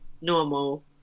normal